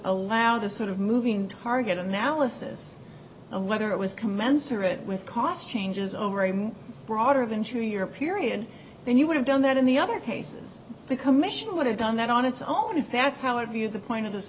allow this sort of moving target analysis of whether it was commensurate with cost changes over a broader than two year period then you would have done that in the other cases the commission would have done that on its own if that's how i view the point of this